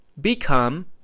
become